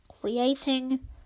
creating